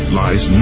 lies